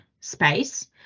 space